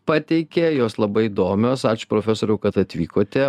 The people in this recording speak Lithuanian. pateikė jos labai įdomios ačiū profesoriau kad atvykote